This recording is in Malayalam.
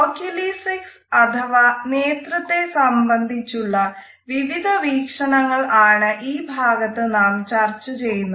ഒക്യൂലെസിക്സ് അഥവാ നേത്രത്തെ സംബന്ധിച്ചുള്ള വിവിധ വീക്ഷണങ്ങൾ ആണ് ഈ ഭാഗത്ത് നാം ചർച്ച ചെയ്യുന്നത്